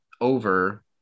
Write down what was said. over